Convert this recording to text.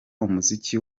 umuziki